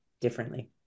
differently